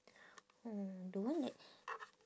orh the one that